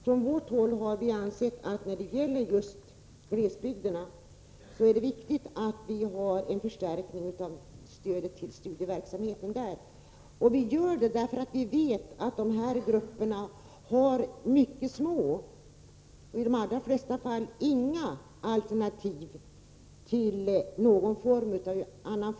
Från vårt håll anser vi att det är viktigt att glesbygdernas studieverksamhet får en förstärkning, eftersom man där har mycket små — i de allra flesta fall inga — utbildningsalternativ.